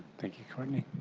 thank you courtney.